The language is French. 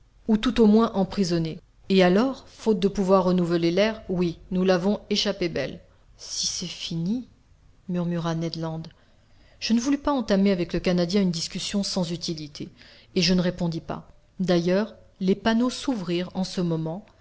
ou tout au moins emprisonnés et alors faute de pouvoir renouveler l'air oui nous l'avons échappé belle si c'est fini murmura ned land je ne voulus pas entamer avec le canadien une discussion sans utilité et je ne répondis pas d'ailleurs les panneaux s'ouvrirent en ce moment